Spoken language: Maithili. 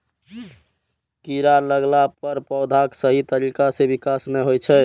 कीड़ा लगला पर पौधाक सही तरीका सं विकास नै होइ छै